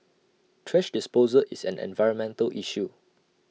thrash disposal is an environmental issue